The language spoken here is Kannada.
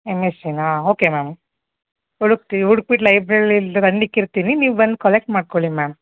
ಎಮ್ ಎಸ್ಸಿನಾ ಓಕೆ ಮ್ಯಾಮ್ ಹುಡುಕ್ತೀವ್ ಹುಡುಕ್ಬಿಟ್ ಲೈಬ್ರಲಿಲಿ ತಂದಿಟ್ಟಿರ್ತೀನಿ ನೀವು ಬಂದು ಕಲೆಕ್ಟ್ ಮಾಡಿಕೊಳ್ಳಿ ಮ್ಯಾಮ್